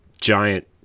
giant